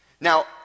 Now